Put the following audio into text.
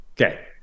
Okay